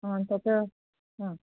तत्र हा